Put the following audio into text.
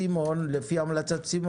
שאלה שנייה: